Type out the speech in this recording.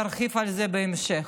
תרחיב על זה בהמשך.